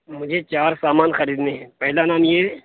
مجھے چار سامان خریدنے ہیں پہلا نام یہ ہے